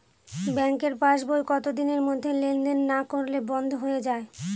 ব্যাঙ্কের পাস বই কত দিনের মধ্যে লেন দেন না করলে বন্ধ হয়ে য়ায়?